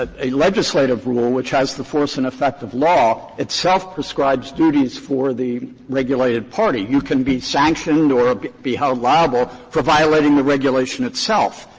ah a legislative rule which has the force and effect of law itself prescribes duties for the regulated party. you can be sanctioned or be held liable for violating the regulation itself.